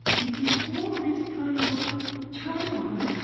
and in all this kind of turmoil,